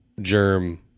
Germ